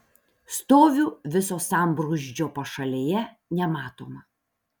stoviu viso sambrūzdžio pašalėje nematoma